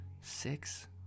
six